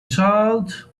child